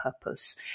purpose